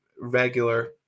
regular